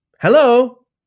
Hello